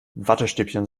wattestäbchen